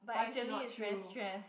but it's not true